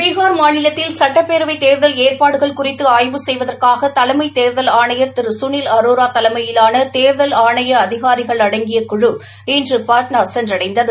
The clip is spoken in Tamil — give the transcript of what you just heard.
பீகார் மாநிலத்தில் சட்டப்பேரவைத் தேர்தல் ஏற்பாடுகள் குறித்து ஆய்வு செய்வதற்காக தலைமை தேர்தல் ஆணையர் திரு கனில் அரோரா தலைமையிலான தேர்தல் ஆணைய அதினரிகள் அடங்கிய குழு இன்று பாட்னா சென்றடைந்தது